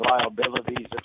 liabilities